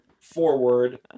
forward